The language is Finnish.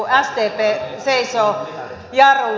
sdp seisoo jarrulla